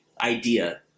idea